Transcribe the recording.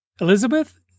Elizabeth